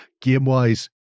Game-wise